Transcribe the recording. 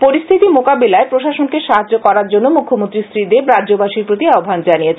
পরিস্থিতি মোকাবিলায় প্রশাসনকে সাহায্য করার জন্য মুখ্যমন্ত্রী শ্রীদেব রাজ্যবাসীর প্রতি আহ্বান জানিয়েছেন